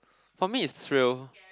for me is thrill